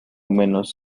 menos